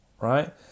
Right